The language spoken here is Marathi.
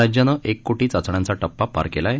राज्यानं एक कोटी चाचण्यांचा टप्पा पार केला आहे